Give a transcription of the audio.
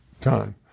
time